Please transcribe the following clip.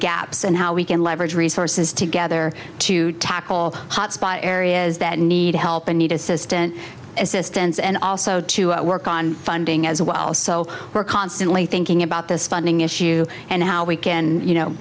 gaps and how we can leverage or forces together to tackle hot spot areas that need help and need assistance assistance and also to work on funding as well so we're constantly thinking about this funding issue and how we can